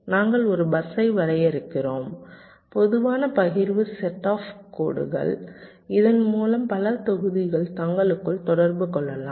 நாங்கள் ஒரு பஸ்ஸை வரையறுக்கிறோம் பொதுவான பகிர்வு செட் ஆஃப் கோடுகள் இதன் மூலம் பல தொகுதிகள் தங்களுக்குள் தொடர்பு கொள்ளலாம்